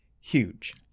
Huge